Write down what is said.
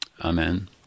Amen